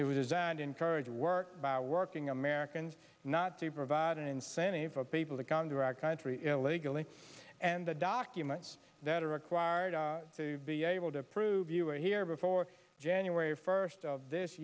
it was designed encourage work by working americans not to provide an incentive for people to come to our country illegally and the documents that are required to be able to prove you were here before january first of this